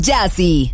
Jazzy